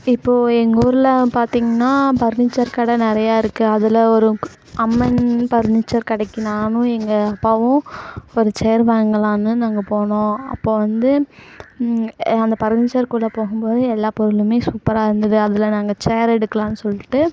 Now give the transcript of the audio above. இப்போது எங்கள் ஊரில் பார்த்திங்கனா பர்னீச்சர் கடை நிறையா இருக்குது அதில் ஒரு அம்மன் பர்னீச்சர் கடைக்கு நானும் எங்கே அப்பாவும் ஒரு சேர் வாங்கலாம்னு நாங்கள் போனோம் அப்போ வந்து அந்த பர்னீச்சர்க்குள்ளே போகும் போது எல்லாம் பொருளும் சூப்பராக இருந்துது அதில் நாங்கள் சேர் எடுக்கலாம் சொல்லிட்டு